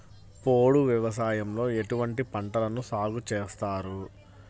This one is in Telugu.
పోడు వ్యవసాయంలో ఎటువంటి పంటలను సాగుచేస్తారు?